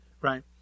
right